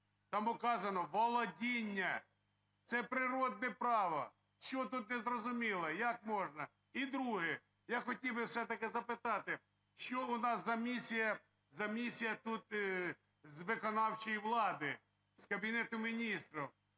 Там вказано: володіння. Це природне право, що тут не зрозуміло? Як можна? І друге. Я хотів би все-таки запитати, що у нас за місія тут з виконавчої влади, з Кабінету Міністрів?